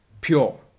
pure